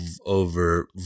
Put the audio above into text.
over